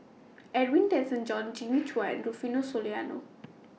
Edwin Tessensohn Jimmy Chua Rufino Soliano